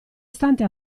istante